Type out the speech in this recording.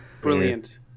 Brilliant